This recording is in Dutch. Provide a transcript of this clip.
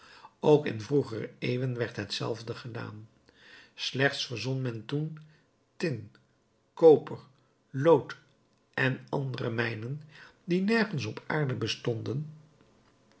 ook in vroegere eeuwen werd hetzelfde gedaan slechts verzon men toen tin koper lood en andere mijnen die nergens op aarde bestonden